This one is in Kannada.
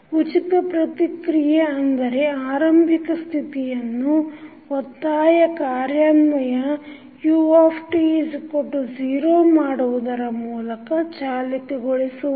ಉಚಿತ ಪ್ರತಿಕ್ರಿಯೆ ಅಂದರೆ ಆರಂಭಿಕ ಸ್ಥಿತಿಯನ್ನು ಒತ್ತಾಯ ಕಾರ್ಯಾನ್ವಯ u0 ಮಾಡುವುದರ ಮೂಲಕ ಚಾಲಿತಗೊಳಿದುವುದು